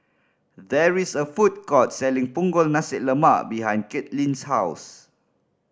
there is a food court selling Punggol Nasi Lemak behind Kaitlynn's house